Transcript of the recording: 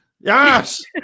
Yes